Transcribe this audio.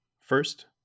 First